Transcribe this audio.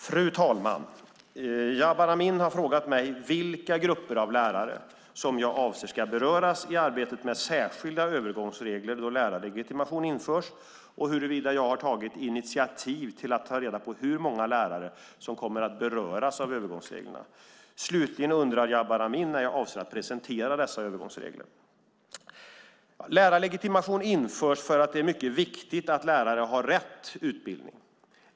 Fru talman! Jabar Amin har frågat mig vilka grupper av lärare som jag avser ska beröras i arbetet med särskilda övergångsregler då lärarlegitimation införs och huruvida jag har tagit initiativ till att ta reda på hur många lärare som kommer att beröras av övergångsreglerna. Slutligen undrar Jabar Amin när jag avser att presentera dessa övergångsregler. Lärarlegitimation införs för att det är mycket viktigt att lärare har rätt utbildning.